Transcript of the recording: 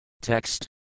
Text